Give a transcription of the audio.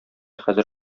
хәзер